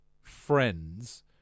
friends